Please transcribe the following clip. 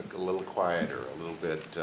a little quieter. a little bit,